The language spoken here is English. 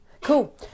Cool